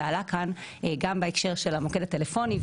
זה עלה כאן בהקשר של המוקד הטלפוני,